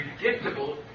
predictable